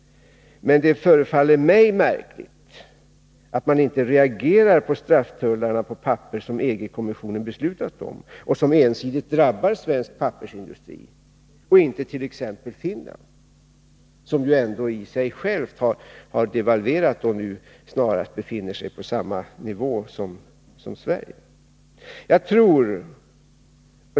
Det förefaller mig emellertid märkligt att man inte reagerar mot de strafftullar på papper som EG-kommissionen beslutat om och som ensidigt drabbar svensk pappersindustri men inte t.ex. finländsk. Finland har ju också devalverat och befinner sig nu snarast på samma nivå som Sverige.